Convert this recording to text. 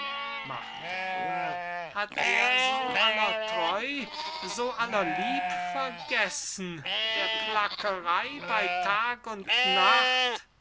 hat er so aller treu so aller lieb vergessen der plackerey bey tag und nacht